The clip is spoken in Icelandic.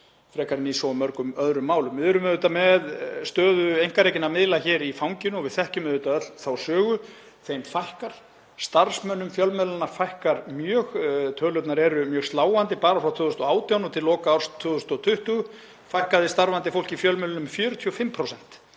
frekar en í svo mörgum öðrum málum. Við erum auðvitað með stöðu einkarekinna miðla í fanginu og við þekkjum öll þá sögu. Þeim fækkar. Starfsmönnum fjölmiðlanna fækkar mjög. Tölurnar eru mjög sláandi. Bara frá 2018 og til loka árs 2020 fækkaði starfandi fólki í fjölmiðlum um 45%